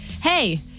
Hey